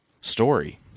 story